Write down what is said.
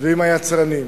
ועם היצרנים.